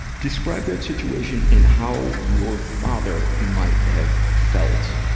describe that situation, in how your father might have felt,